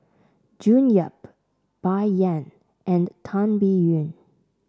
June Yap Bai Yan and Tan Biyun